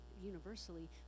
universally